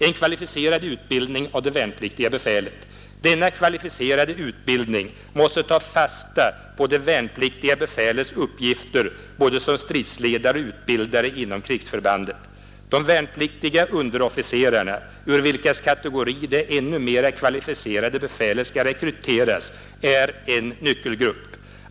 En kvalificerad utbildning av det värnpliktiga befälet. Denna kvalificerade utbildning måste ta fasta på det värnpliktiga befälets uppgifter både som stridsledare och utbildare inom krigsförbandet. De värnpliktiga underofficerarna, ur vilkas kategori det ännu mera kvalificerade befälet skall rekryteras, är en nyckelgrupp.